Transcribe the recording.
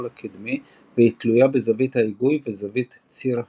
הקדמי והיא תלויה בזווית ההיגוי וזווית ציר ההיגוי.